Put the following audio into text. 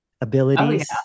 abilities